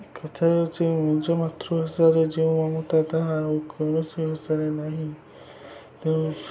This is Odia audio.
କଥାରେ ଅଛି ନିଜ ମାତୃଭାଷାରେ ଯେଉଁ ମମତା ତାହା ଆଉ କୌଣସି ଭାଷାରେ ନାହିଁ ତେଣୁ